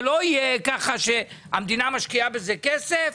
זה לא יהיה ככה שהמדינה משקיעה בזה כסף